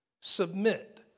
Submit